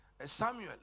Samuel